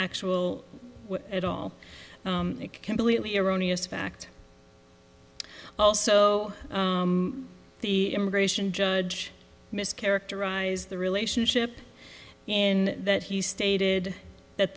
actual at all it completely erroneous fact also the immigration judge mis characterize the relationship in that he stated that